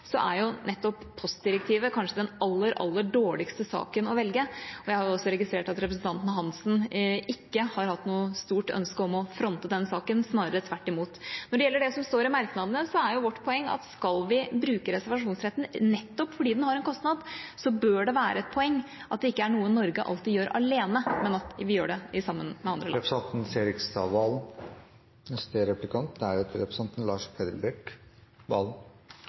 er nettopp postdirektivet kanskje den aller dårligste saken å velge. Jeg har også registrert at representanten Hansen ikke har hatt noe stort ønske om å fronte denne saken, snarere tvert imot. Når det gjelder det som står i merknadene, er vårt poeng at skal vi bruke reservasjonsretten, nettopp fordi den har en kostnad, bør det være et poeng at det ikke er noe Norge alltid gjør alene, men at vi gjør det sammen med andre land. Representanten